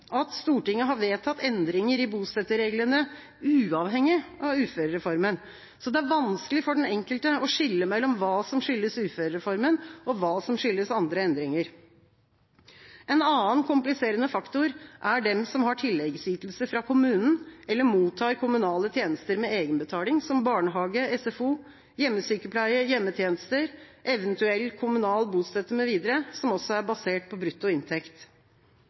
at Stortinget har vedtatt endringer i bostøttereglene, uavhengig av uførereformen. Det er vanskelig for den enkelte å skille mellom hva som skyldes uførereformen og hva som skyldes andre endringer. En annen kompliserende faktor er de som har tilleggsytelser fra kommunen eller mottar kommunale tjenester med egenbetaling, som barnehage, SFO, hjemmesykepleie, hjemmetjenester, eventuell kommunal bostøtte mv., som også er basert på brutto inntekt.